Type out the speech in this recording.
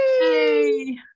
Yay